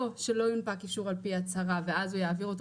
שלא יונפק אישור על-פי הצהרה ואז הוא יעביר אותו